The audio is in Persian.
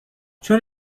چون